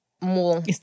more